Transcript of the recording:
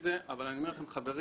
אבל אני אומר לכם שקרסתם.